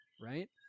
right